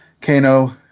Kano